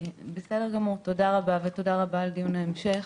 בסדר גמור, תודה רבה, ותודה רבה על דיון ההמשך.